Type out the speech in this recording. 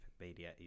media